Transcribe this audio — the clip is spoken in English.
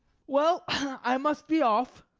well, i must be off.